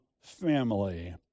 family